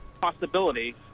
Possibility